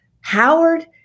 Howard